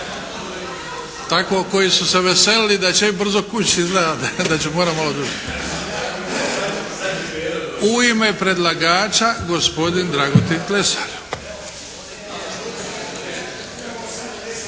Tako koji su se veselili da će ići brzo kući izgleda da će morati malo duže. U ime predlagača, gospodin Dragutin Lesar.